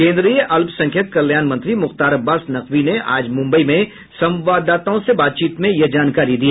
केन्द्रीय अल्पसंख्यक कल्याण मंत्री मुख्तार अब्बास नकवी ने आज मुम्बई में संवाददाताओं से बातचीत में यह जानकारी दी